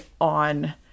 on